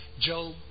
Job